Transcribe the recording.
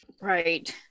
Right